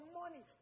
money